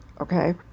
Okay